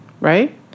right